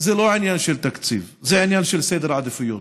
שזה לא עניין של תקציב, זה עניין של סדר עדיפויות.